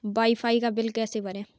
Wi fi का bill कैसे भरें?